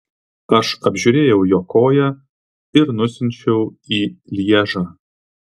aš apžiūrėjau jo koją ir nusiunčiau į lježą